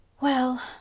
Well